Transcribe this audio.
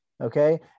Okay